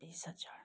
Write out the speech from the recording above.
बिस हजार